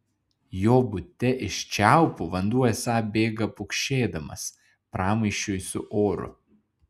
jo bute iš čiaupų vanduo esą bėga pukšėdamas pramaišiui su oru